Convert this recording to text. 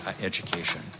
education